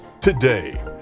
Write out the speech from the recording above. today